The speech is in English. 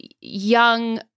young